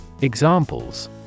Examples